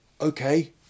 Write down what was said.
okay